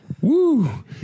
Woo